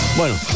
Bueno